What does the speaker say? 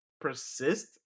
persist